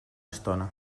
estona